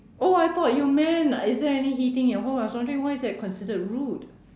oh I thought you meant is there any heating in your home I was wondering why is that considered rude